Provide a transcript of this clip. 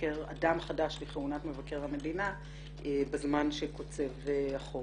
אדם חדש לכהונת מבקר המדינה בזמן שקוצב החוק.